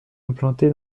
implantée